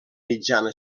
mitjana